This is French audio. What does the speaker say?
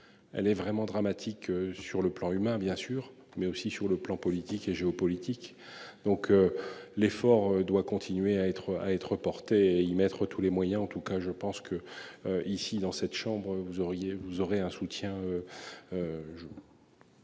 Elle est vraiment dramatique. Sur le plan humain, bien sûr, mais aussi sur le plan politique et géopolitique, donc. L'effort doit continuer à être à être reportée y mettre tous les moyens en tout cas je pense que. Ici, dans cette chambre vous auriez vous